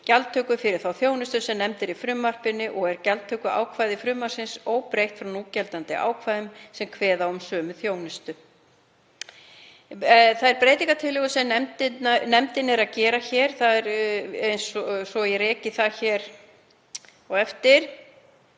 gjaldtöku fyrir þá þjónustu sem nefnd er í frumvarpinu og er gjaldtökuákvæði frumvarpsins óbreytt frá núgildandi ákvæðum sem kveða á um sömu þjónustu. Þær breytingartillögur sem nefndin gerir eru eins og ég rek hér á eftir.